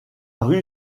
rue